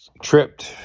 tripped